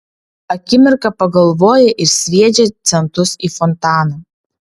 akimirką pagalvoja ir sviedžia centus į fontaną